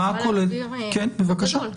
בגדול,